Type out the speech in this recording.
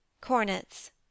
Cornets